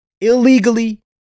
Illegally